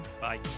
Bye